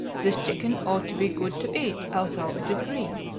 this chicken ought to be good to eat, although it is green